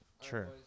sure